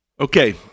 Okay